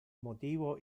motivo